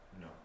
No